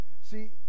See